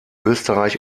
österreich